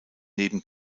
neben